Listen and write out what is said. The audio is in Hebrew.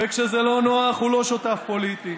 וכשזה לא נוח, הוא לא שותף פוליטי.